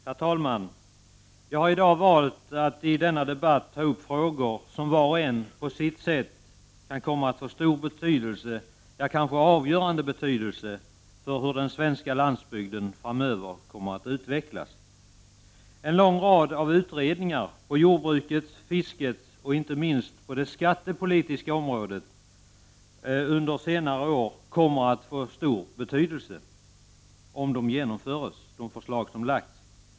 Herr talman! Jag har i dag valt att i denna debatt ta upp frågor som var och en på sitt sätt kan komma att få mycket stor — ja, kanske avgörande — betydelse för hur den svenska landsbygden framöver kommer att utvecklas. En lång rad av utredningar på jordbrukets och fiskets område, och inte minst det skattepolitiska området, under senare år kommer att få stor betydelse — om de framlagda förslagen genomförs.